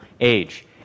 age